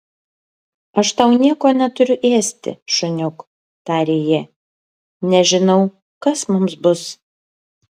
aš tau nieko neturiu ėsti šuniuk tarė ji nežinau kas mums bus